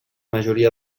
majoria